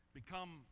become